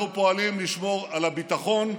אנחנו פועלים לשמור על הביטחון,